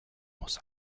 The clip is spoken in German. muss